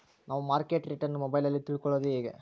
ನಾವು market rate ಅನ್ನು ಮೊಬೈಲಲ್ಲಿ ತಿಳ್ಕಳೋದು ಹೇಗೆ?